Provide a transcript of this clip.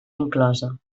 inclosa